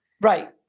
Right